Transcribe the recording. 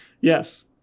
Yes